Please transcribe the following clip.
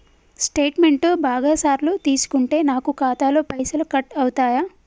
Statement బాగా సార్లు తీసుకుంటే నాకు ఖాతాలో పైసలు కట్ అవుతయా?